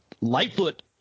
Lightfoot